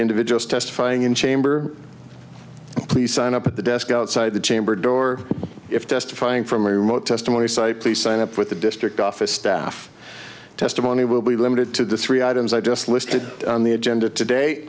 individuals testifying in chamber please sign up at the desk outside the chamber door if testifying from remote testimony site please sign up with the district office staff testimony will be limited to the three items i just listed on the agenda today